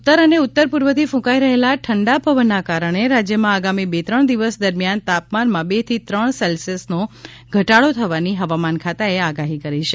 ઉત્તર અને ઉત્તર પૂર્વથી કુંકાઈ રહેલા ઠંડા પવનના કારણે રાજ્યમાં આગામી બે ત્રણ દિવસ દરમિયાન તાપમાનમાં બેથી ત્રણ સેલ્સીયસનો ઘટાડો થવાની હવામાન ખાતાએ આગાહી કરી છે